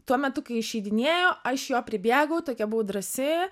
tuo metu kai išeidinėjo aš jo pribėgau tokia buvau drąsi